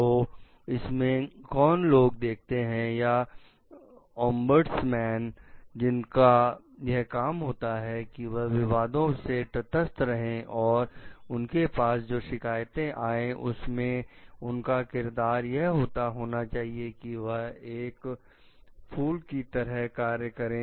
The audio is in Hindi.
तो इसमें कौन लोग देखते हैं या " ओंबड्समैन" जिसका यह काम होता है कि वह विवादों से तटस्थ रहे और उसके पास जो शिकायतें आए उनमें उसका किरदार यह होना चाहिए कि वह एक फूल की तरह कार्य करें